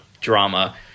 drama